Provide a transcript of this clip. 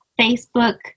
Facebook